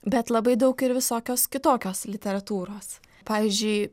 bet labai daug ir visokios kitokios literatūros pavyzdžiui